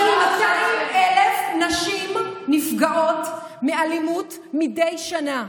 יותר מ-200,000 נשים נפגעות מאלימות מדי שנה.